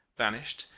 vanished,